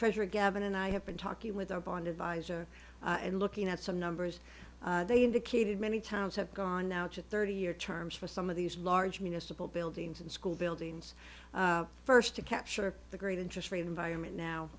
treasurer gavin and i have been talking with our bond advisor and looking at some numbers they indicated many towns have gone out to thirty year terms for some of these large municipal buildings and school buildings first to capture the great interest rate environment now